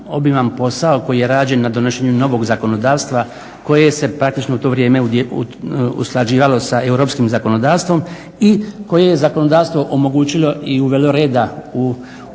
obiman posao koji je rađen na donošenju novog zakonodavstva koje se praktično u to vrijeme usklađivalo sa europskim zakonodavstvom i koje je zakonodavstvo omogućilo i uvelo reda u